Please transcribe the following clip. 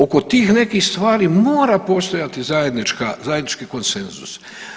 Oko tih nekih stvari mora postojati zajednički cenzus.